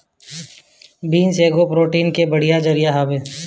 beans एगो protein के बढ़िया जरिया हवे